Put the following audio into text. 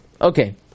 Okay